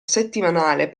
settimanale